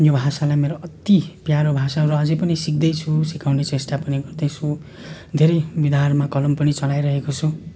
यो भाषालाई मेरो अति प्यारो भाषा र अझै पनि सिक्दैछु सिकाउने चेष्टा पनि गर्दैछु धेरै विधाहरूमा कलम पनि चलाइरहेको छु